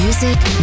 Music